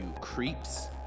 creeps